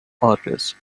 artists